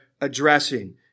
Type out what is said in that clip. addressing